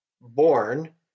born